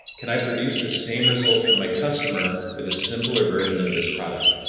can i produce the same result for my customer with a simpler version of this product?